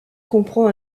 comprend